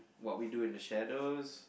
What We Do in the Shadows